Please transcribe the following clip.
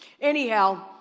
anyhow